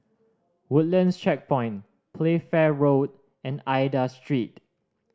Woodlands Checkpoint Playfair Road and Aida Street